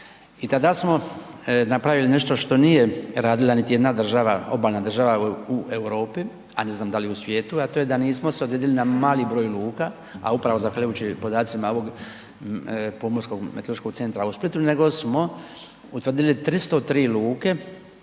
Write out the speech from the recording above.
I tada smo napravili nešto što nije radila niti jedna država, obalna država u Europi a ne znam da li i u svijetu a to je da nismo .../Govornik se ne razumije./... na mali broj luka a upravo zahvaljujući podacima ovog Pomorskog meteorološkog centra u Splitu nego smo utvrdili 303 luke